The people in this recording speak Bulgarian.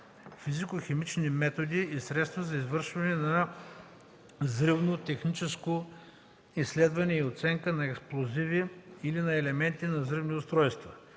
физико-химични методи и средства и извършване на взривно техническо изследване и оценка на експлозиви или на елементи на взривни устройства.